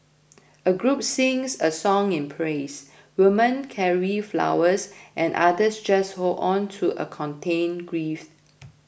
a group sings a song in praise women carry flowers and others just hold on to a contained grief